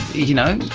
you know,